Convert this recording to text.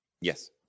Yes